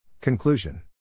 Conclusion